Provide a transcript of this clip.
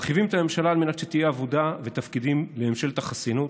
מרחיבים את הממשלה על מנת שיהיו עבודה ותפקידים לממשלת החסינות,